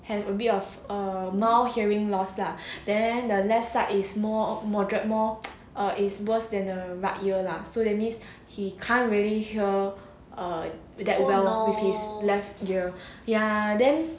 have a bit of err mild hearing loss lah then the left side is more moderate more or is worse than a right ear lah so that means he can't really hear err that well with his left ear ya then